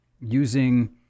using